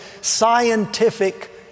scientific